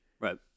Right